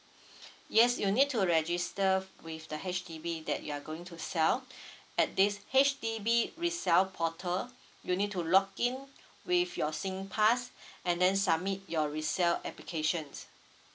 yes you need to register with the H_D_B that you are going to sell at this H_D_B resell portal you need to login with your singpass and then submit your resell application